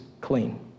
clean